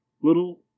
Little